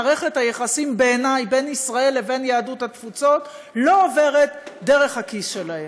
מערכת היחסים בין ישראל לבין יהדות התפוצות לא עוברת דרך הכיס שלהם,